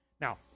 Now